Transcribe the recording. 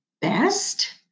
best